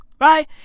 right